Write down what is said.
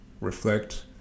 reflect